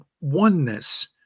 oneness